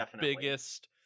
biggest